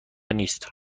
نیست